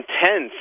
Intense